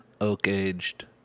oak-aged